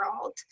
world